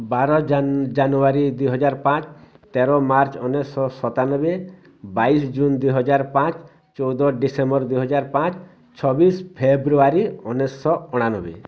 ବାର ଜାନୁଆରୀ ଦୁଇହଜାର ପାଞ୍ଚ ତେର ମାର୍ଚ୍ଚ ଉଣେଇଶ ସତାନବେ ବାଇଶି ଜୁନ୍ ଦୁଇହଜାର ପାଞ୍ଚ ଚଉଦ ଡ଼ିସେମ୍ବର ଦୁଇହଜାର ପାଞ୍ଚ ଛବିଶ ଫେବୃଆରୀ ଉଣେଇଶହ ଅଣାନବେ